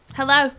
Hello